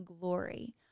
glory